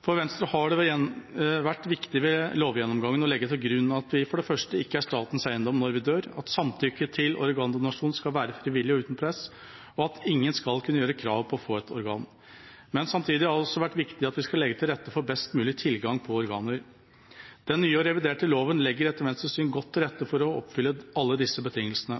For Venstre har det vært viktig ved denne lovgjennomgangen å legge til grunn at vi for det første ikke er statens eiendom når vi dør, at samtykke til organdonasjon skal være frivillig og uten press, og at ingen skal kunne gjøre krav på å få et organ. Men samtidig har det også vært viktig at vi skal legge til rette for best mulig tilgang på organer. Den nye og reviderte lova legger etter Venstres syn godt til rette for å oppfylle alle disse betingelsene.